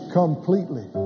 completely